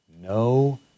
no